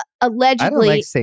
allegedly